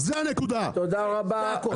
תודה רבה.